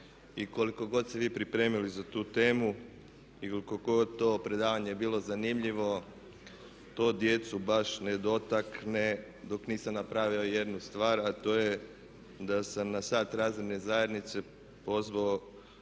I koliko god se vi pripremili za tu temu i koliko god to predavanje bilo zanimljivo to djecu baš ne dotakne dok nisam napravio jednu stvar, a to je da sam na sat razredne zajednice pozvao